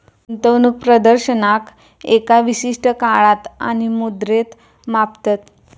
गुंतवणूक प्रदर्शनाक एका विशिष्ट काळात आणि मुद्रेत मापतत